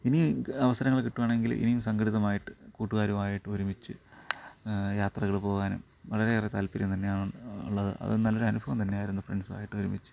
ഇനി ഈ അവസരങ്ങള് കിട്ടുവാണെങ്കില് ഇനിയും സംഘടിതമായിട്ട് കൂട്ടുകാരുമായിട്ടും ഒരുമിച്ച് യാത്രകള് പോകാനും വളരെയേറെ താല്പര്യം തന്നെയാണ് ഉള്ളത് അത് നല്ല അനുഭവം തന്നെയായിരുന്നു ഫ്രണ്ട്സും ആയിട്ട് ഒരുമിച്ച്